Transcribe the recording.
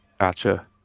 Gotcha